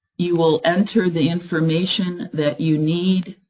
you will enter the information that you need,